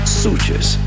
sutures